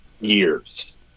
years